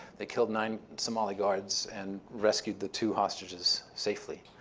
they killed nine somali guards and rescued the two hostages safely.